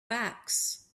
backs